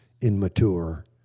immature